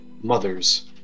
mothers